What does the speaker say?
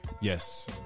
Yes